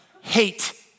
hate